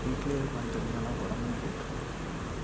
வீட்லேயே உட்காந்துட்டு இருக்கிறதுனால உடம்பும் போட்டுரும்